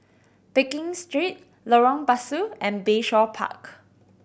Pekin Street Lorong Pasu and Bayshore Park